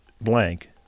blank